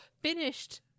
finished